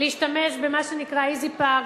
להשתמש במה שנקרא "איזי פארק".